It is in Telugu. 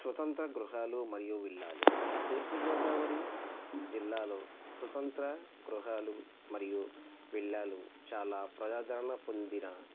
స్వతంత్ర గృహాలు మరియు విల్లాలు తూర్పుగోదావరి జిల్లాలో స్వతంత్ర గృహాలు మరియు విల్లాలు చాలా ప్రజాధరణ పొందిన